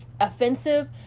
offensive